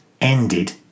ended